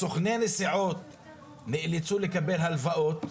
סוכני הנסיעות נאלצו לקבל הלוואות.